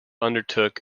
undertook